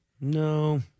No